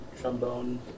trombone